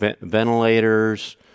ventilators